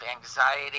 anxiety